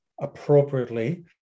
appropriately